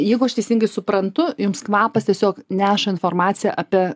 jeigu aš teisingai suprantu jums kvapas tiesiog neša informaciją apie